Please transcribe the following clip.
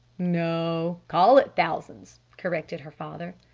no, call it thousands corrected her father.